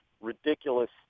ridiculous